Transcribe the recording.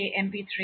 MP3